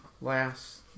last